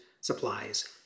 supplies